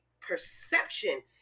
perception